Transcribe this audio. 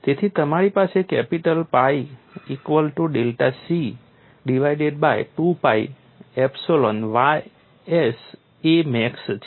તેથી તમારી પાસે capital phi equal to delta c divided by 2pi epsilon ys a max છે